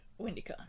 Windycon